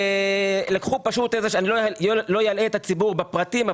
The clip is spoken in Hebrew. אני לא אלאה את הציבור בפרטים,